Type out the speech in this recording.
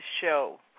show